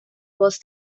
was